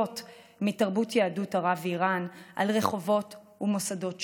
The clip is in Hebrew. מתרבות יהדות ערב ואיראן ברחובות ובמוסדות שונים.